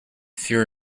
fear